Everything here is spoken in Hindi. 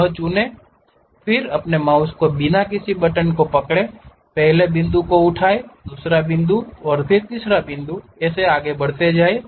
वह चुनें फिर अपने माउस को बिना किसी बटन को पकड़े पहले बिंदु को उठाएं दूसरा बिंदु तीसरा बिंदु हो सकता है